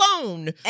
alone